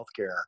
healthcare